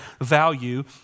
value